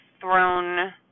thrown